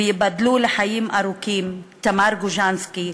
וייבדלו לחיים ארוכים תמר גוז'נסקי,